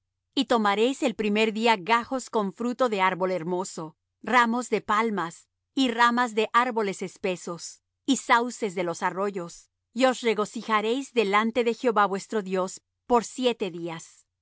y tomaréis el primer día gajos con fruto de árbol hermoso ramos de palmas y ramas de árboles espesos y sauces de los arroyos y os regocijaréis delante de jehová vuestro dios por siete días